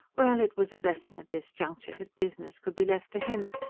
well, it was a blessing at this juncture that business could be left to him.